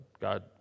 God